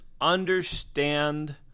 understand